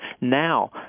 Now